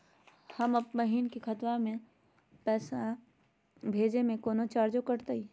अपन बहिन के खतवा में पैसा भेजे में कौनो चार्जो कटतई?